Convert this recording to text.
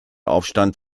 aufstand